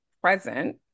present